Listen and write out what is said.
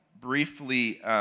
briefly